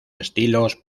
estilos